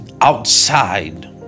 outside